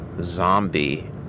zombie